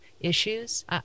issues